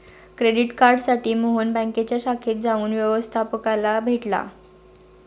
credit कार्डसाठी मोहन बँकेच्या शाखेत जाऊन व्यवस्थपकाला भेटला